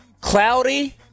cloudy